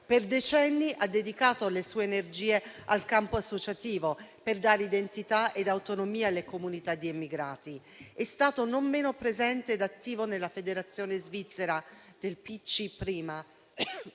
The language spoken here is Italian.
Per decenni, egli ha dedicato le sue energie al campo associativo, per dare identità ed autonomia alle comunità di emigrati. È stato non meno presente ed attivo nella federazione svizzera del PCI, prima,